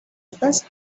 first